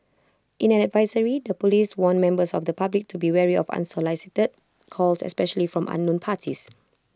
in an advisory the Police warned members of the public to be wary of unsolicited calls especially from unknown parties